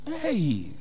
Hey